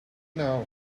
now